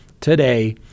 today